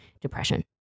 depression